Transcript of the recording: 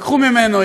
לקחו ממנו,